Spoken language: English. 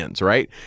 right